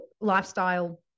lifestyle